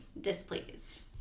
displeased